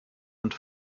und